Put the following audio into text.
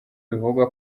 bivugwa